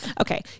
okay